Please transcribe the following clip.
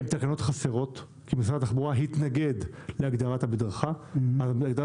אלה תקנות חסרות כי משרד התחבורה התנגד להגדרת המדרכה כך שהגדרת